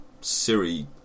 Siri